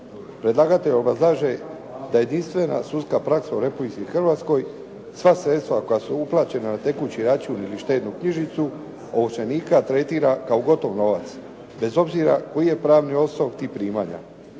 Predlagatelj obrazlaže da je jedinstvena sudska praksa u Republici Hrvatska sva sredstva koja su uplaćena na tekući račun ili štednu knjižicu ovršenika tretira kao gotov novac bez obzira koji je pravni osnov tih primanja.